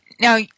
now